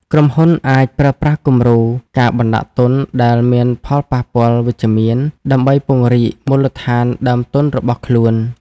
ក្រុមហ៊ុនអាចប្រើប្រាស់គំរូការបណ្ដាក់ទុនដែលមានផលប៉ះពាល់វិជ្ជមាន ដើម្បីពង្រីកមូលដ្ឋានដើមទុនរបស់ខ្លួន។